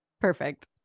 perfect